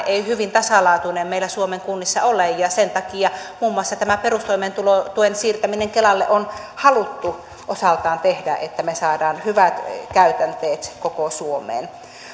ei hyvin tasalaatuinen meillä suomen kunnissa ole ja sen takia muun muassa tämä perustoimeentulotuen siirtäminen kelalle on haluttu osaltaan tehdä että me saamme hyvät käytänteet koko suomeen